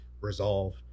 resolve